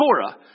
Torah